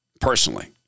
personally